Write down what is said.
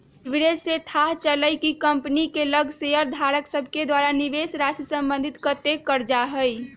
leverage से थाह चलइ छइ कि कंपनी के लग शेयरधारक सभके द्वारा निवेशराशि संबंधित कतेक करजा हइ